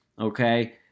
okay